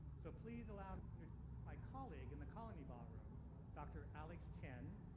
so please allow my colleague in the colony ballroom dr alex chen,